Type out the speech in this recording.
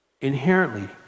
inherently